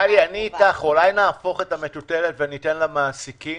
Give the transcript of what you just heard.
אני אתך, אולי נהפוך את המטולטלת וניתן למעסיקים